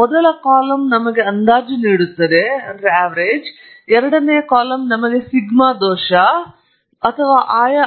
ಮೊದಲ ಕಾಲಮ್ ನಮಗೆ ಅಂದಾಜು ನೀಡುತ್ತದೆ ಎರಡನೆಯ ಕಾಲಮ್ ನಮಗೆ ಸಿಗ್ಮಾ ದೋಷ ಅಥವಾ ಆಯಾ